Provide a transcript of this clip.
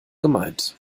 gemeint